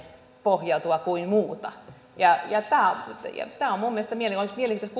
pohjautuvaa kuin muuta tämä olisi minun mielestäni mielenkiintoista kuulla mikä on